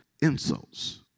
insults